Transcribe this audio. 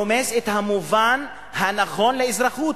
רומס את המובן הנכון של האזרחות,